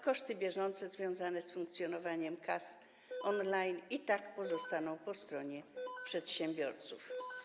Koszty bieżące związane z funkcjonowaniem kas on-line i tak pozostaną po stronie przedsiębiorców.